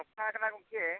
ᱚᱱᱠᱟ ᱠᱟᱱᱟ ᱜᱚᱢᱠᱮ